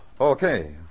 okay